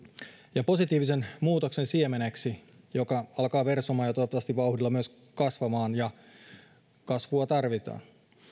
ja positiivisen muutoksen siemeneksi joka alkaa versomaan ja toivottavasti vauhdilla myös kasvamaan kasvua tarvitaan